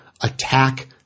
attack